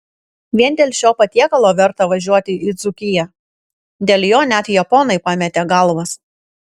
vien dėl šio patiekalo verta važiuoti į dzūkiją dėl jo net japonai pametė galvas